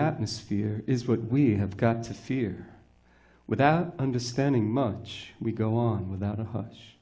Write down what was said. atmosphere is what we have got to fear without understanding much we go on without a hitch